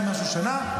200 ומשהו שנה,